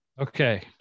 Okay